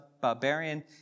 barbarian